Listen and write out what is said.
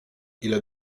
ile